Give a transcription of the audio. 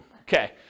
okay